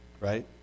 right